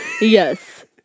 Yes